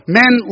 men